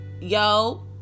yo